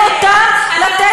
כופה עליהן.